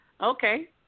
Okay